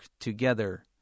together